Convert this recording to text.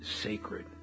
sacred